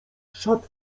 szat